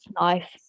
Life